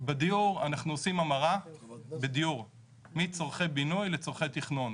בדיור אנחנו עושים המרה מצרכי בינוי לצרכי תכנון.